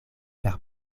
per